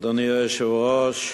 אדוני היושב-ראש,